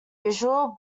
usual